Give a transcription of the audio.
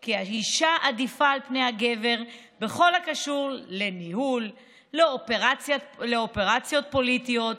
כי האישה עדיפה על פני הגבר בכל הקשור לניהול ולאופרציות פוליטיות,